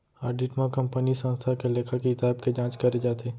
audit म कंपनीय संस्था के लेखा किताब के जांच करे जाथे